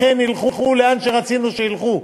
שאכן ילכו לאן שרצינו שילכו.